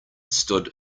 stood